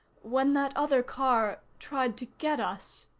when that other car tried to get us.